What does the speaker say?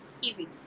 Easy